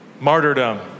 Martyrdom